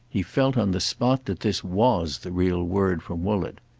he felt on the spot that this was the real word from woollett.